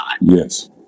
Yes